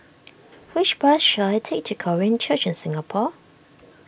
which bus should I take to Korean Church in Singapore